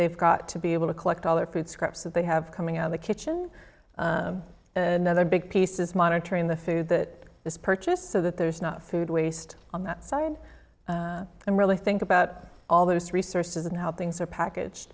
they've got to be able to collect all their food scraps that they have coming out of the kitchen and another big piece is monitoring the food that is purchased so that there's not food waste on that side and really think about all those resources and how things are package